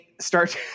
start